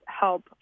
help